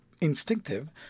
instinctive